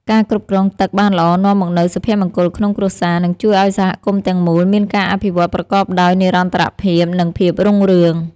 ការគ្រប់គ្រងទឹកបានល្អនាំមកនូវសុភមង្គលក្នុងគ្រួសារ និងជួយឱ្យសហគមន៍ទាំងមូលមានការអភិវឌ្ឍប្រកបដោយនិរន្តរភាព និង ភាពរុងរឿង។